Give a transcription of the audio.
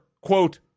quote